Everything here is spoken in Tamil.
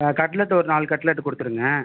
கட்லட்டு ஒரு நாலு கட்லட்டு கொடுத்துருங்க